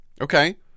Okay